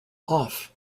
off